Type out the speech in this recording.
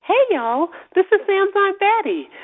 hey, y'all. this is sam's aunt betty.